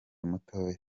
mutoya